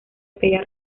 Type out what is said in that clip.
aquella